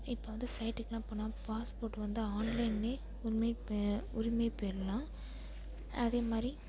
இப்போ வந்து ஃப்ளைட்டுக்கு எல்லாம் போனால் பாஸ்போர்ட் வந்து ஆன்லைனில் உரிமை பெ உரிமை பெறலாம் அதே மாதிரி